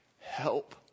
help